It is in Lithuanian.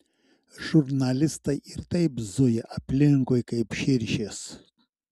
žurnalistai ir taip zuja aplinkui kaip širšės